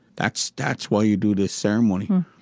that's that's why you do this ceremony.